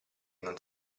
non